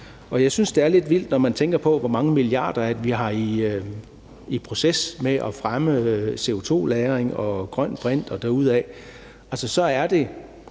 Jeg synes, det er lidt vildt, når man tænker på, hvor mange milliarder vi har i proces med at fremme CO2-lagring og grøn brint og derudad. Det er